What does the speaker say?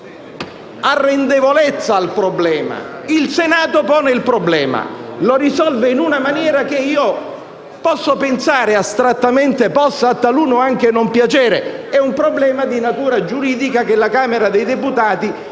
Il Senato pone il problema. Lo risolve in una maniera che io posso pensare, astrattamente, possa a taluno anche non piacere. È un problema di natura giuridica, che la Camera dei deputati potrà